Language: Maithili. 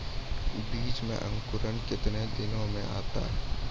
बीज मे अंकुरण कितने दिनों मे आता हैं?